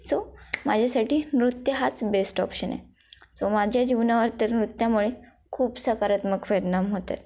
so माझ्यासाठी नृत्य हाच बेस्ट ऑप्शन आहे सो माझ्या जीवनावर तर नृत्यामुळे खूप सकारात्मक परिणाम होतात